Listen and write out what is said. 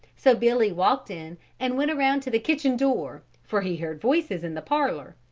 so billy walked in and went around to the kitchen door for he heard voices in the parlor,